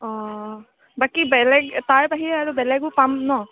অঁ বাকী বেলেগ তাৰ বাহিৰে আৰু বেলেগো পাম ন